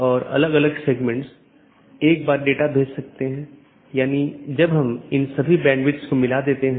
एक अन्य संदेश सूचना है यह संदेश भेजा जाता है जब कोई त्रुटि होती है जिससे त्रुटि का पता लगाया जाता है